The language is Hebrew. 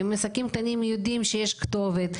האם עסקים קטנים יודעים שיש כתובת?